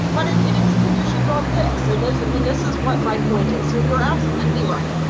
but it it is conditioned on this. it doesn't mean this is what my point is. you're absolutely right.